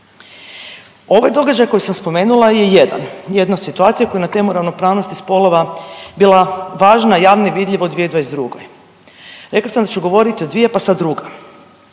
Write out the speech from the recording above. Ovaj događaj sam spomenula je jedan, jedna situacija koja na temu ravnopravnosti spolova bila važna javno je vidljivo u 2022., rekla sam da ću govoriti o dvije, pa sad druga.